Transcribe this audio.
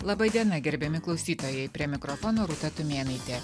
laba diena gerbiami klausytojai prie mikrofono rūta tumėnaitė